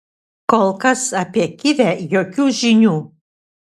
kol kas apie kivę jokių žinių